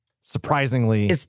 surprisingly